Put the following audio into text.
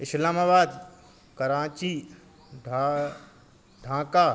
Islamabad Karachi Dhaka